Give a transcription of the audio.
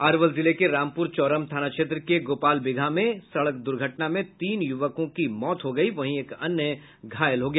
अरवल जिले के रामपूर चौरम थाना क्षेत्र के गोपालबिगहा में आज सड़क दुर्घटना में तीन युवकों की मौत हो गयी वहीं एक अन्य घायल हो गया